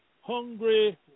Hungry